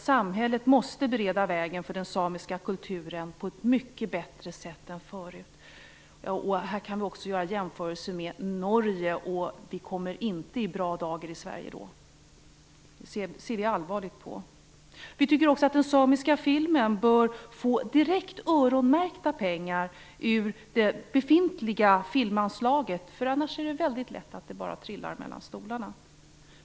Samhället måste bereda vägen för den samiska kulturen på ett mycket bättre sätt än förut. I det här sammanhanget kan vi göra en jämförelse med Norge, och vi hamnar då inte i en bra dager. Vi ser allvarligt på det här. Vi tycker också att den samiska filmen bör få direkt öronmärkta pengar ur det befintliga filmanslaget, för annars är det väldigt lätt att det bara trillar mellan stolarna.